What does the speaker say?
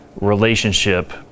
relationship